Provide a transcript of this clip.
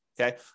Okay